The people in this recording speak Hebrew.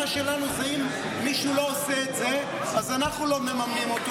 שלנו היא שאם מישהו לא עושה את זה אז אנחנו לא מממנים אותו,